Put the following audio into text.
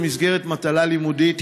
במסגרת מטלה לימודית,